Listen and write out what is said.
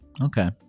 Okay